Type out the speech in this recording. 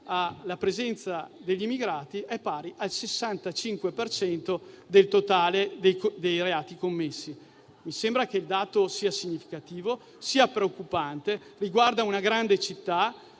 alla presenza degli immigrati è pari al 65 per cento del totale dei reati commessi. Mi sembra che il dato sia significativo e preoccupante. Questo dato riguarda una grande città,